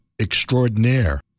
extraordinaire